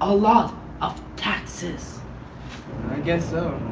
a lot of taxes i guess so